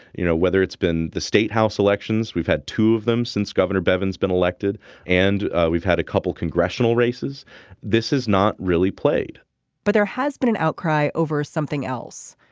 you know whether it's been the state house elections we've had two of them since governor bevin's been elected and we've had a couple congressional races this is not really played but there has been an outcry over something else.